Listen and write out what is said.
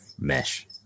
mesh